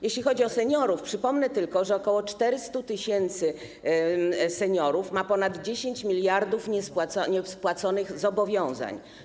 Jeśli chodzi o seniorów, przypomnę tylko, że ok. 400 tys. seniorów ma ponad 10 mld niespłaconych zobowiązań.